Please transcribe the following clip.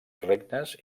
regnes